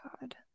god